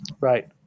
Right